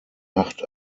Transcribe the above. acht